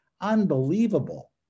unbelievable